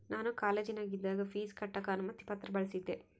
ನಾನು ಕಾಲೇಜಿನಗಿದ್ದಾಗ ಪೀಜ್ ಕಟ್ಟಕ ಅನುಮತಿ ಪತ್ರ ಬಳಿಸಿದ್ದೆ